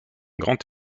grand